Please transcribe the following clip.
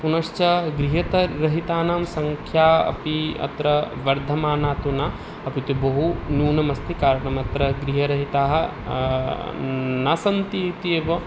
पुनश्च ग्रहरहितानां सङ्ख्या अपि अत्र वर्धमाना तु न अपि तु बहुन्यूनम् अस्ति कारणम् अत्र गृहरहिताः न् न सन्ति इत्येव